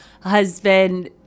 husband